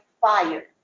fire